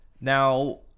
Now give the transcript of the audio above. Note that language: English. now